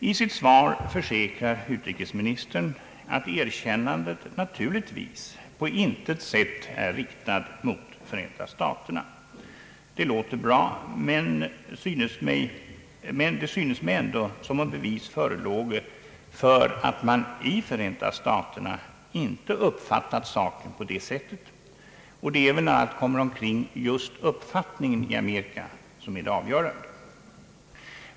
I sitt svar försäkrar utrikesministern att erkännandet naturligtvis på intet sätt är riktat mot Förenta staterna. Det låter bra, men det synes mig ändå som som bevis förelåge för att man i Förenta staterna inte uppfattat saken på det sättet. Och det är väl när allt kommer omkring just uppfattningen i Amerika som är det avgörande.